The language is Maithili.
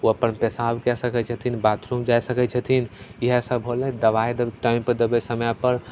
ओ अप्पन पेसाब कै सकै छथिन बाथरूम जा सकै छथिन इएहसब होलै दवाइ एकदम टाइमपर देबै समयपर